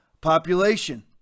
population